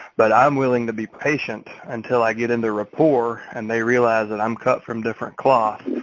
but i'm willing to be patient until i get into rapport and they realize that i'm cut from different cloth.